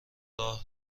راه